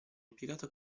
impiegato